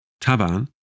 Taban